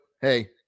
hey